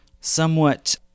Somewhat